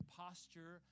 posture